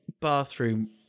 bathroom